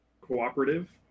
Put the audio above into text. cooperative